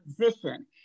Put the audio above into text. position